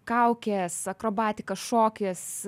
kaukės akrobatika šokis